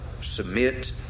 submit